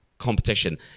Competition